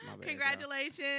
Congratulations